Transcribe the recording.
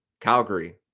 Calgary